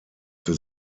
für